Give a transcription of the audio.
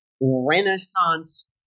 Renaissance